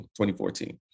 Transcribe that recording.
2014